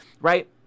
right